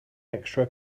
extra